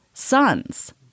Sons